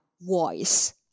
voice